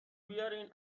بیارین